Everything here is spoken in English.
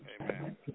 Amen